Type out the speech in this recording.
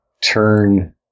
turn